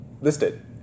listed